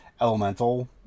elemental